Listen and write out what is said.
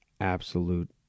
absolute